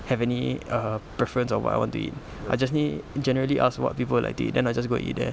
have any err preference of what I want to eat I just only generally ask what people like to eat then I just go eat there